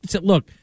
look